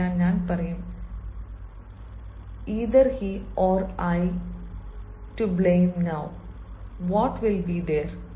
അതിനാൽ ഞാൻ പറയും either he or I to blame now what will be their